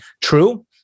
true